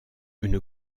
une